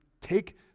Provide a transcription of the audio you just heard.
take